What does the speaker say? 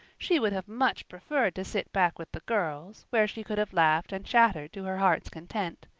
she would have much preferred to sit back with the girls, where she could have laughed and chattered to her heart's content.